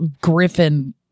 griffin